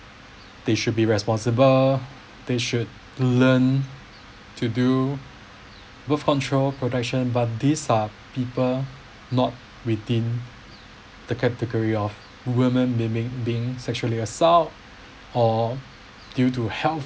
they should be responsible they should learn to do birth control protection but these are people not within the category of women bemi~ being sexually assault or due to health